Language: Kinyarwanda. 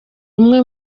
umwe